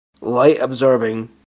light-absorbing